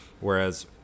Whereas